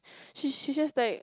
she she just like